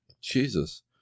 Jesus